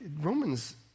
Romans